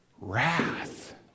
wrath